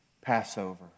Passover